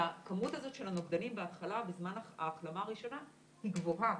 והכמות הזאת של הנוגדנים בהתחלה בזמן ההחלמה הראשונה היא גבוהה.